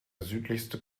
südlichste